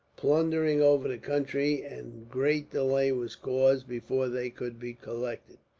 plundering over the country, and great delay was caused before they could be collected.